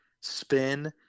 spin